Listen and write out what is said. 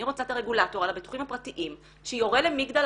אני רוצה את הרגולטור על הביטוחים הפרטיים שיורה למגדל,